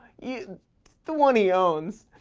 yeah the ones he owns,